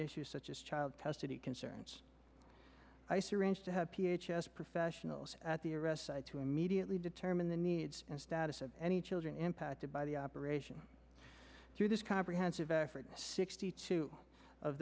issues such as child custody concerns to arrange to have p h s professionals at the arrest site to immediately determine the needs and status of any children impacted by the operation through this comprehensive effort sixty two of